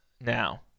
Now